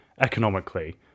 economically